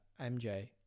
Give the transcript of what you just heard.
mj